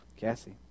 Cassie